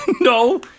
No